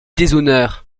déshonneur